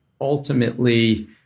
ultimately